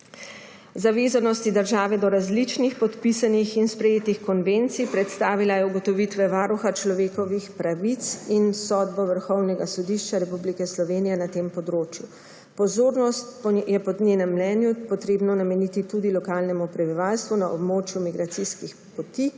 zavezanosti države do različnih podpisanih in sprejetih konvencij. Predstavila je ugotovitve Varuha človekovih pravic in sodbo Vrhovnega sodišča Republike Slovenije na tem področju. Pozornost je po njenem mnenju treba nameniti tudi lokalnemu prebivalstvu na območju migracijskih poti.